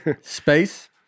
Space